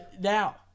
Now